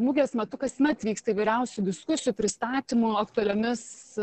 mugės metu kasmet vyksta įvairiausių diskusijų pristatymų aktualiomis